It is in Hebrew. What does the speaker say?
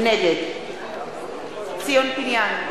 נגד ציון פיניאן,